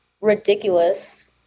ridiculous